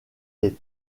les